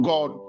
God